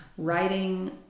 writing